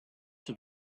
have